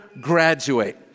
graduate